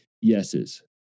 yeses